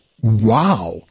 wow